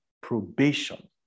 Probation